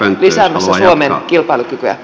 lisäämässä suomen kilpailukykyä